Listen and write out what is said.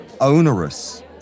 onerous